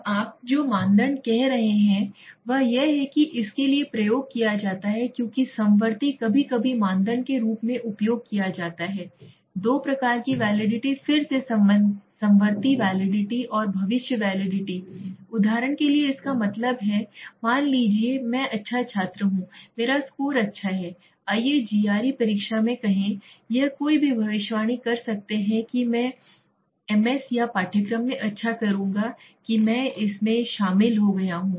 अब आप जो मानदंड कह रहे हैं वह यह है कि इसके लिए प्रयोग किया जाता है क्योंकि समवर्ती कभी कभी मानदंड के रूप में उपयोग किया जाता है दो प्रकार की वैलिडिटी फिर से समवर्ती वैलिडिटी और भविष्य वैलिडिटी उदाहरण के लिए इसका मतलब है मान लीजिए मैं अच्छा छात्र हूं मेरा स्कोर अच्छा है आइए जीआरई परीक्षा में कहें यह कोई है भविष्यवाणी कर सकते हैं कि मैं एमएस या पाठ्यक्रम में अच्छा करूंगा कि मैं इसमें शामिल हो गया हूं